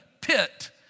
pit